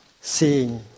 seeing